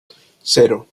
cero